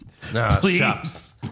please